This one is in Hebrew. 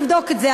תבדוק את זה.